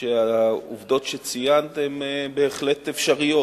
שהעובדות שציינת הן בהחלט אפשריות,